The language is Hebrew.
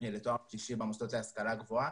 לתואר שלישי במוסדות להשכלה גבוהה.